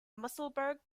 musselburgh